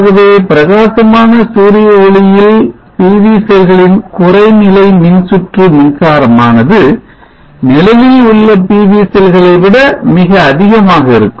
ஆகவே பிரகாசமான சூரிய ஒளியில் PV செல்களின் குறைநிலை மின்சுற்று மின்சாரமானது நிழலில் உள்ள PV செல்களை விட மிகவும் அதிகமாக இருக்கும்